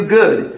good